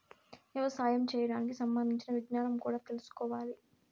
యవసాయం చేయడానికి సంబంధించిన విజ్ఞానం కూడా తెల్సుకోవాలి